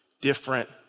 different